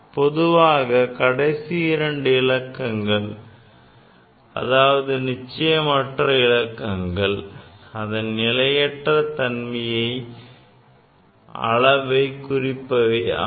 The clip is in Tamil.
பொதுவாக கடைசி இரண்டு இலக்கங்கள் அதாவது நிச்சயமற்ற இலக்கங்கள் அதன் நிலையற்ற தன்மையின் அளவை குறிப்பவை ஆகும்